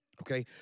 Okay